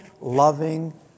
loving